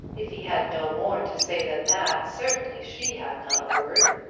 if he had no more to say than that, certainly she had not a word.